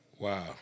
Wow